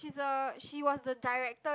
she's a she was a director